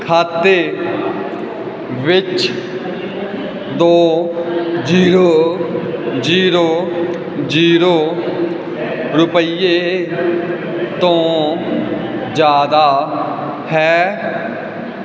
ਖਾਤੇ ਵਿੱਚ ਦੋ ਜੀਰੋ ਜੀਰੋ ਜੀਰੋ ਰੁਪਈਏ ਤੋਂ ਜ਼ਿਆਦਾ ਹੈ